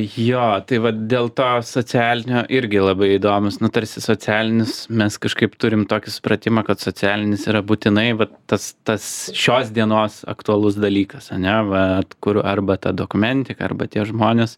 jo tai vat dėl to socialinio irgi labai įdomus nu tarsi socialinis mes kažkaip turim tokį supratimą kad socialinis yra būtinai vat tas tas šios dienos aktualus dalykas ar ne vat kur arba ta dokumentika arba tie žmonės